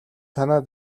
танай